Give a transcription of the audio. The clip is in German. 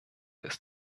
ist